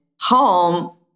home